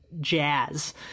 jazz